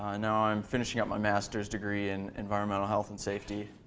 ah now i'm finishing up my master's degree in environmental health and safety.